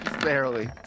Barely